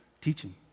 teaching